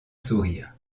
sourire